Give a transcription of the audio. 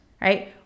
Right